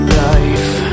life